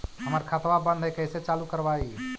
हमर खतवा बंद है कैसे चालु करवाई?